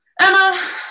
Emma